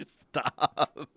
Stop